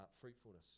fruitfulness